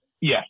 Yes